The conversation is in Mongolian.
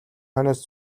хойноос